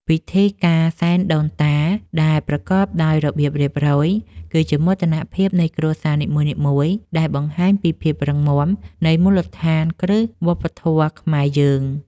ពិធីការសែនដូនតាដែលប្រកបដោយរបៀបរៀបរយ គឺជាមោទនភាពនៃគ្រួសារនីមួយៗដែលបង្ហាញពីភាពរឹងមាំនៃមូលដ្ឋានគ្រឹះវប្បធម៌ខ្មែរយើង។